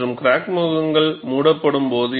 மற்றும் கிராக் முகங்கள் மூடப்படும் போது